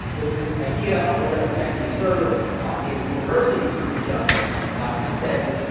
was this idea of we're going to connect these servers in universities to each other to send